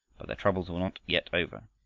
their troubles were not yet over.